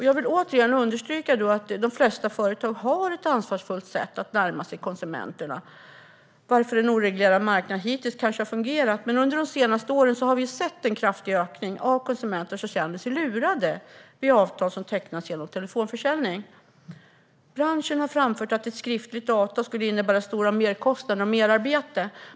Jag vill återigen understryka att de flesta företag har ett ansvarsfullt sätt att närma sig konsumenterna, varför en oreglerad marknad hittills kanske har fungerat. Men under de senaste åren har vi sett en kraftig ökning av konsumenter som känner sig lurade vid avtal som tecknats genom telefonförsäljning. Branschen har framfört att ett skriftligt avtal skulle innebära stora merkostnader och merarbete.